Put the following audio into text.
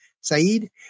Saeed